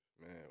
man